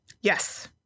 yes